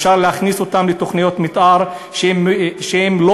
אפשר להכניס אותם לתוכניות מתאר שהן לא